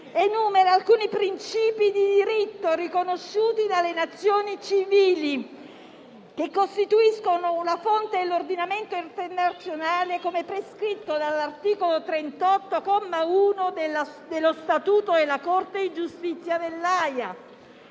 enumera alcuni principi di diritto riconosciuti dalle Nazioni civili, che costituiscono la fonte dell'ordinamento internazionale, come prescritto dall'articolo 38, comma 1, dello statuto della Corte internazionale